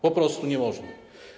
Po prostu nie można.